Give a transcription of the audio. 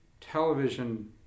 television